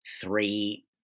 three